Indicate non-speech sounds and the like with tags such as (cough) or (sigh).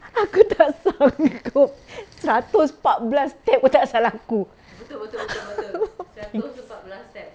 aku tak sanggup (laughs) seratus empat belas step macam salah aku (laughs)